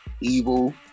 evil